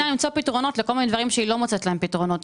למצוא פתרונות לכל מיני דברים שהיא לא מוצאת להם פתרונות.